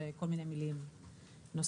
וכל מיני מילים נוספות.